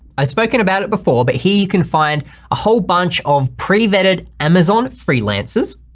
i've spoken about it before, but here you can find a whole bunch of pre-vetted amazon freelances.